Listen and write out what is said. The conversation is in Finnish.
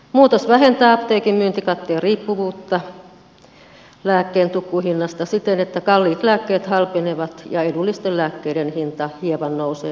muutos vähentää apteekin myyntikatteen riippuvuutta lääkkeen tukkuhinnasta siten että kalliit lääkkeet halpenevat ja edullisten lääkkeiden hinta hieman nousee nykyisestä